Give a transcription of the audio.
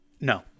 No